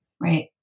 Right